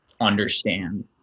understand